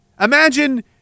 Imagine